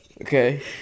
Okay